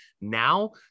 now